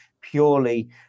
purely